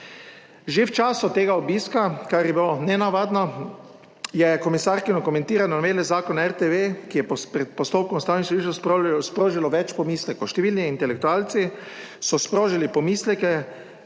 Že v času tega obiska, kar je bilo nenavadno, je komisarki dokumentirane Novele Zakona o RTV, ki je pred postopkom Ustavnega sodišča sprožilo več pomislekov. Številni intelektualci so sprožili pomisleke,